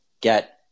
get